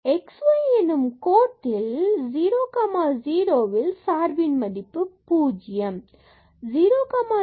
x y கோட்டில் 0 0 ல் சார்பின் மதிப்பு 0 0 0 0